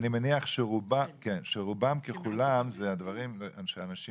אני מניח שרובם ככולם הם אנשים